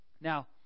Now